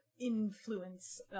influence